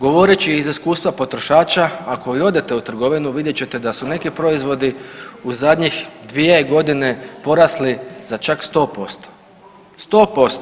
Govoreći iz iskustva potrošača ako i odete u trgovinu vidjet ćete da su neki proizvodi u zadnjih 2 godine porasli za čak 100%, 100%